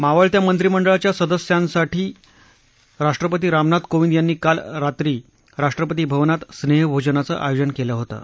मावळत्या मंत्रिमंडळाच्या सदस्यांसाठी राष्ट्रपती रामनाथ कोविंद यांनी काल रात्री राष्ट्रपती भवनात स्नेहभोजनाचं आयोजन केलं होतं